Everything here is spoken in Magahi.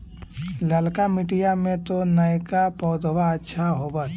ललका मिटीया मे तो नयका पौधबा अच्छा होबत?